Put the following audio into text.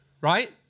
right